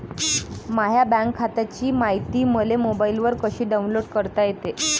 माह्या बँक खात्याची मायती मले मोबाईलवर कसी डाऊनलोड करता येते?